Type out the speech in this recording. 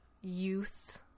youth